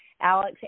Alex